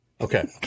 Okay